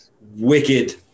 wicked